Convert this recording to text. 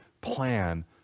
plan